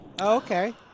okay